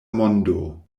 mondo